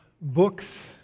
books